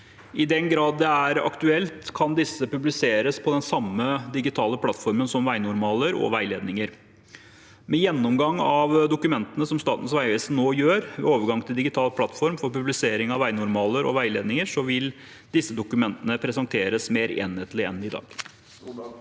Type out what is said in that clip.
I den grad det er aktuelt, kan disse publiseres på den samme digitale plattformen som vegnormaler og veiledninger. Med gjennomgangen av dokumentene som Statens vegvesen nå gjør ved overgang til digital plattform for publisering av vegnormaler og veiledninger, vil disse dokumentene presenteres mer enhetlig enn i dag.